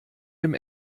dem